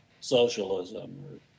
socialism